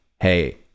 Hey